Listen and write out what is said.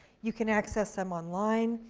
you can access them online,